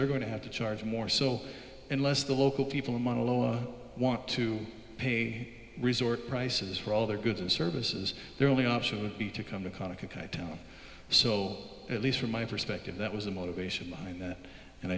are going to have to charge more so unless the local people among the lower want to pay resort prices for all their goods and services their only option would be to come to conoco town so at least from my perspective that was the motivation behind that and